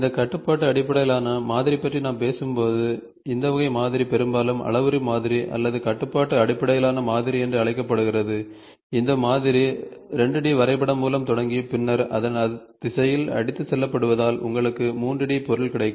இந்த கட்டுப்பாட்டு அடிப்படையிலான மாதிரி பற்றி நாம் பேசும்போது இந்த வகை மாதிரி பெரும்பாலும் அளவுரு மாதிரி அல்லது கட்டுப்பாட்டு அடிப்படையிலான மாதிரி என்று அழைக்கப்படுகிறது இந்த மாதிரி 2 D வரைபடம் மூலம் தொடங்கி பின்னர் அதன் திசையில் அடித்துச் செல்லப்படுவதால் உங்களுக்கு 3 D பொருள் கிடைக்கும்